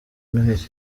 noheli